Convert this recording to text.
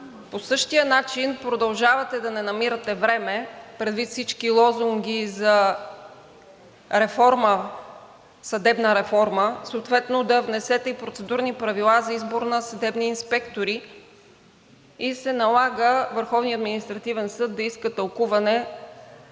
По същия начин продължавате да не намирате време, предвид всички лозунги за съдебна реформа, съответно да внесете и процедурни правила за избор на съдебни инспектори и се налага Върховният административен съд да иска тълкуване